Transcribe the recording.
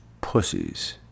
pussies